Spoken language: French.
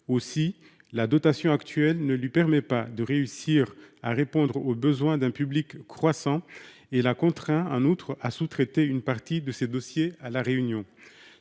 aussi la dotation actuelle ne lui permet pas de réussir à répondre aux besoins d'un public croissant et l'a contraint un autre à sous-. Traiter une partie de ses dossiers à la Réunion.